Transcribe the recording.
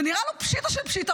זה נראה לו פשיטא של פשיטא.